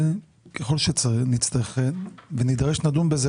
ככל שנידרש, נדון בזה.